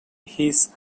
his